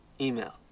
Email